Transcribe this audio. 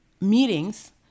meetings